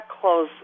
close